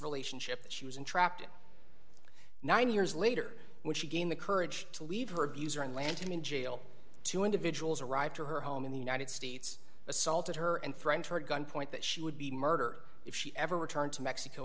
relationship she was entrapped in nine years later when she gained the courage to leave her abuser and land him in jail two individuals arrive to her home in the united states assaulted her and threatened her gunpoint that she would be murder if she ever returned to mexico